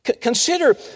consider